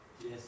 Yes